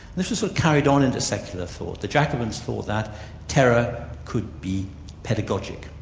this was so carried on into secular thought. the jacobins thought that terror could be pedagogic,